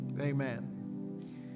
amen